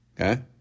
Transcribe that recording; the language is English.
Okay